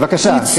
בבקשה.